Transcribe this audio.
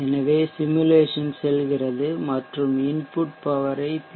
எனவே சிமுலேசன் செல்கிறது மற்றும் இன்புட் பவர் ஐ பி